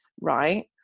Right